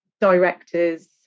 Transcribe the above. directors